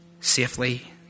Safely